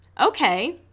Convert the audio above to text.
okay